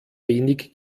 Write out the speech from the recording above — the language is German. wenig